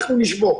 אנחנו נשבוק.